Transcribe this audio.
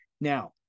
Now